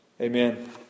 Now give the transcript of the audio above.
amen